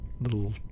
little